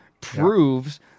proves